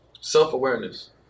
self-awareness